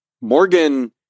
Morgan